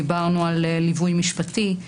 דיברנו על ליווי משפטי,